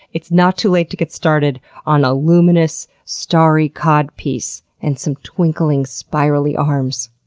it's not too late to get started on a luminous, starry codpiece and some twinkling, spirally arms.